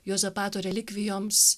juozapato relikvijoms